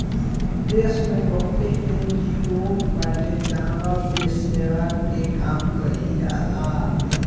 देस में बहुते एन.जी.ओ बाटे जहवा पे सेवा के काम कईल जाला